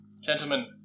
Gentlemen